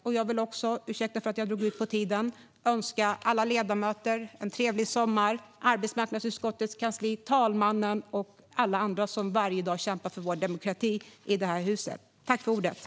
Ursäkta att jag har dragit över talartiden, men jag vill också önska alla ledamöter, arbetsmarknadsutskottets kansli, talmannen och alla andra som varje dag kämpar för vår demokrati i det här huset en trevlig sommar!